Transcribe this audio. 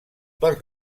pels